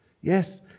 yes